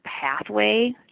pathway